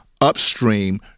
upstream